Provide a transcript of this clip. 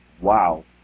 Wow